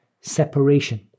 separation